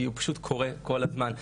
כי הוא פשוט קורה כל הזמן.